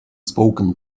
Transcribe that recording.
spoken